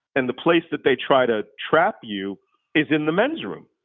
and the place that they try to trap you is in the men's room.